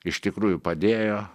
iš tikrųjų padėjo